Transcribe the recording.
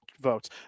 votes